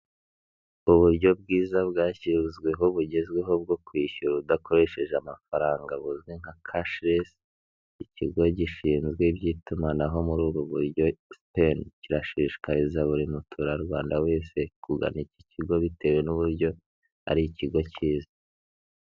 Uburyo bwiza bwashyizweho bugezweho bwo kwishyura udakoresheje amafaranga buzwi nka kashiresi, ikigo gishinzwe iby'itumanaho muri ubu buryo sitene, kirashishikariza buri muturarwanda wese kugana iki kigo bitewe n'uburyo ari ikigo kiza.